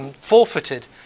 forfeited